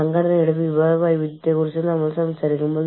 അതിനാൽ അത് നിങ്ങളെ വീണ്ടും കണക്കുകൂട്ടലിലേക്ക് നയിച്ചേക്കാം